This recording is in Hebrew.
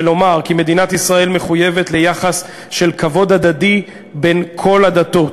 ולומר כי מדינת ישראל מחויבת ליחס של כבוד הדדי בין כל הדתות.